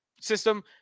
system